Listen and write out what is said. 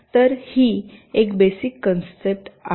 तर ही basic concept आहे